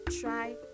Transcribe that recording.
try